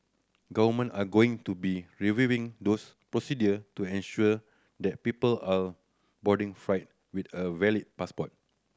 government are going to be reviewing those procedure to ensure that people are boarding flight with a valid passport